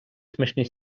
смачний